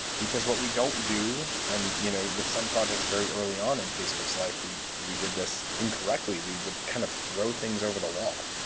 because what we don't do and you know with some projects very early on in facebook's life, we we did this incorrectly. we would kind of throw things over the wall.